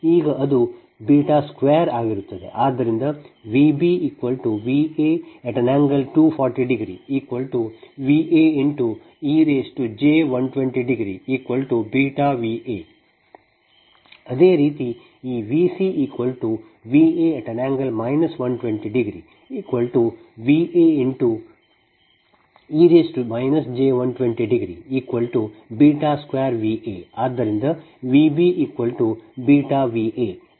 ಈಗ ಅದು β 2 ಆಗಿರುತ್ತದೆ ಆದ್ದರಿಂದ VbVa∠ 240Vaej120βVa ಅದೇ ರೀತಿ ಈ VcVa∠ 120Vae j1202Va